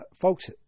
Folks